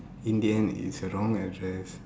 in the end it's a wrong address